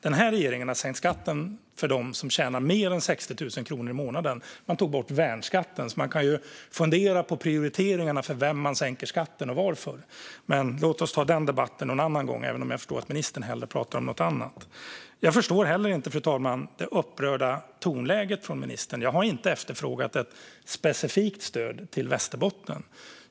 Den här regeringen sänkte skatten för dem som tjänar mer än 60 000 kronor i månaden när man tog bort värnskatten. Man kan fundera på prioriteringarna för vem man sänker skatter och varför. Men låt oss ta den debatten någon annan gång, även om jag förstår att ministern hellre talar om något annat. Fru talman! Jag förstår heller inte det upprörda tonläget från ministern. Jag har inte efterfrågat ett specifikt stöd till Västerbotten.